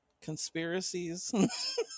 Conspiracies